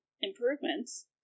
improvements